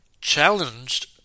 challenged